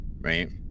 right